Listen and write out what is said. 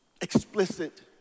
Explicit